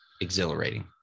exhilarating